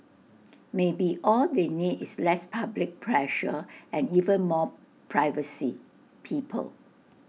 maybe all they need is less public pressure and even more privacy people